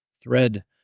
thread